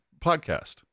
podcast